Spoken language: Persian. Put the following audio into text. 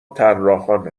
طراحان